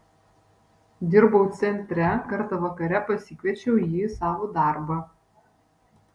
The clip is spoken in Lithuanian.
dirbau centre kartą vakare pasikviečiau jį į savo darbą